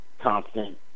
constant